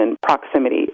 proximity